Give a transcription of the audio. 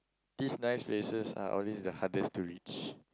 these nice places are always the hardest to reach